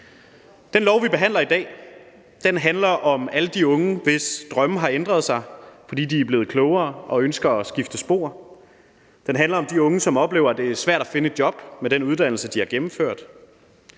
Det lovforslag, vi behandler i dag, handler om alle de unge, hvis drømme har ændret sig, fordi de er blevet klogere og ønsker at skifte spor. Det handler om de unge, som oplever, at det er svært at finde et job med den uddannelse, de har gennemført.